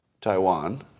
Taiwan